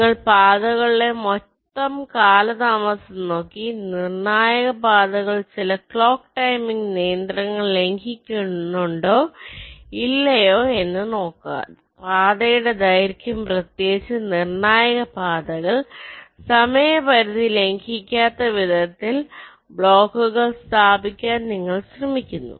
നിങ്ങൾ പാതകളിലെ മൊത്തം കാലതാമസം നോക്കി നിർണായക പാതകൾ ചില ക്ലോക്ക് ടൈമിംഗ് നിയന്ത്രണങ്ങൾ ലംഘിക്കുന്നുണ്ടോ ഇല്ലയോ എന്ന് നോക്കുക പാതയുടെ ദൈർഘ്യം പ്രത്യേകിച്ച് നിർണായക പാതകൾ സമയ പരിമിതി ലംഘിക്കാത്ത വിധത്തിൽ ബ്ലോക്കുകൾ സ്ഥാപിക്കാൻ നിങ്ങൾ ശ്രമിക്കുന്നു